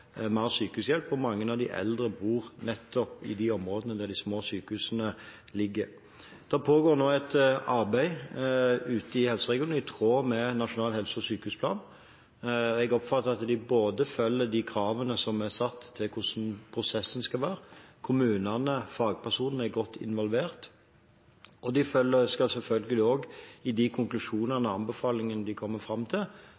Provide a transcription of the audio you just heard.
mer sykehushjelp, og mange av de eldre bor nettopp i de områdene der de små sykehusene ligger. Det pågår nå et arbeid ute i helseregionene i tråd med Nasjonal helse- og sykehusplan. Jeg oppfatter at de både følger de kravene som er satt til hvordan prosessen skal være, og at kommunene og fagpersonene er godt involvert. De følger selvfølgelig også, i de konkusjoner og anbefalinger de kommer fram til,